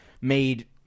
made